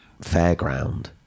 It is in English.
fairground